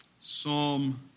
Psalm